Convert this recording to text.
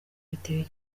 bitewe